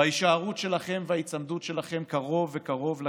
בהישארות שלכם ובהיצמדות שלכם קרוב קרוב לכיסאות,